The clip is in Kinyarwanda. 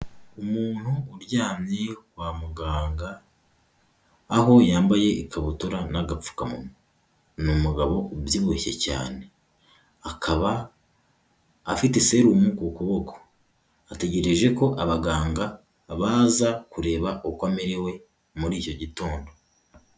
Umuntu uryamye kwa muganga, aho yambaye ikabutura n'agapfukamunwa, ni umugabo ubyibushye cyane, akaba afite serumu ku kuboko ategereje ko abaganga babanza kureba uko amerewe muri icyo gitondo.